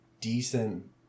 decent